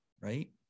right